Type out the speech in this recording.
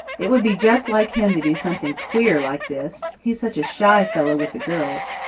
it would be just like him to do something queer like this he's such a shy fellow with the girls.